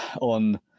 on